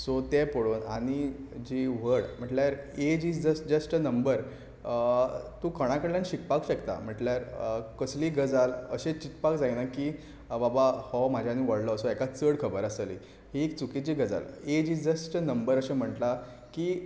so तें पळोवन आनी जी व्हड म्हटल्यार age is just just a number तूं कोणाय कडल्यान शिकपाक शकता म्हटल्यार कसलीय गजाल अशें चिंतपाक जायना की बाबा हो म्हाजाईन व्हडलो सो हाका चड खबर आसतली ही एक चुकीची गजाल age is just a number अशें म्हटला की